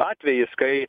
atvejis kai